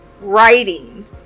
writing